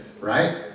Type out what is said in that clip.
right